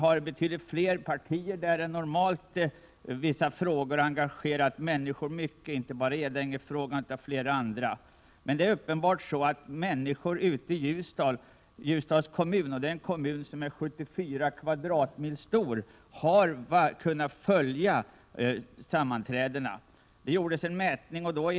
Det finns betydligt fler partier i kommunen än vad det brukar finnas i andra kommuner. Vissa frågor har engagerat människor mycket, inte bara Edängefrågan utan även andra. Det är uppenbart att människor ute i Ljusdals kommun — en kommun vars yta omfattar 54 kvadratmil— har kunnat följa kommunfullmäktigesammanträdena.